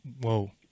Whoa